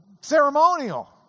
ceremonial